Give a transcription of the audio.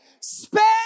Spend